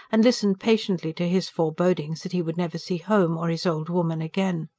and listened patiently to his forebodings that he would never see home or his old woman again.